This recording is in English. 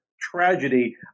Tragedy